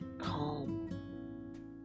calm